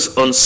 on